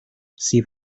sydd